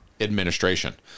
administration